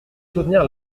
soutenir